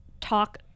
talk